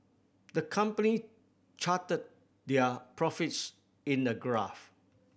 the company charted their profits in a graph